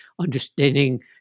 understanding